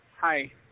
Hi